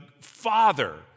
Father